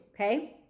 Okay